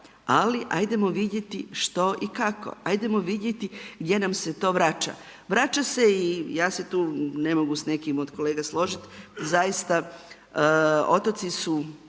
Ali ajdemo vidjeti što i kao, ajdemo vidjeti gdje nam se to vraća. Vraća se i ja se tu ne mogu s nekim od kolega složiti, zaista otoci su,